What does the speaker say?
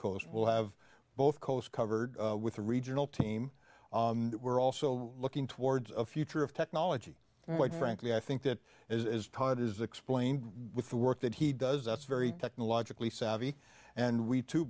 coast will have both coast covered with a regional team we're also looking towards a future of technology but frankly i think that as todd is explained with the work that he does that's very technologically savvy and we to